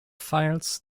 files